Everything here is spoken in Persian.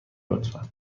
لطفا